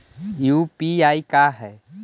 UPI का है?